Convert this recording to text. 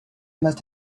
must